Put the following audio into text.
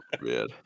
man